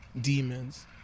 demons